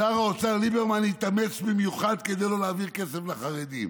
שר האוצר ליברמן התאמץ במיוחד כדי לא להעביר כסף לחרדים.